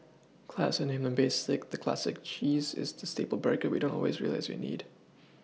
classier name than basic the Classic cheese is the staple burger we don't always realise we need